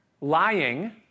lying